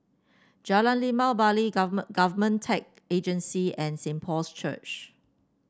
Jalan Limau Bali Government Agency and Saint Paul's Church